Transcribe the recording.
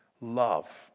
love